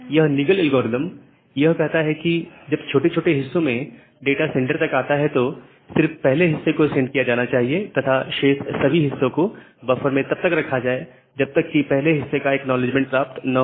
यह Nagle algorithm यह कहता है कि जब छोटे छोटे हिस्सों में डाटा सेंडर तक आता है तो सिर्फ पहले हिस्से को सेंड किया जाना चाहिए तथा शेष सभी हिस्सों को बफर में तब तक रखा जाए जब तक कि पहले हिस्से का एक्नॉलेजमेंट प्राप्त ना हो